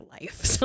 life